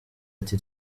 ati